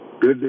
Good